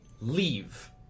leave